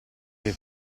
che